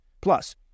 Plus